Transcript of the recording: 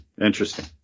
Interesting